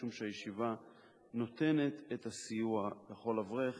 משום שהישיבה נותנת את הסיוע לכל אברך